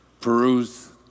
peruse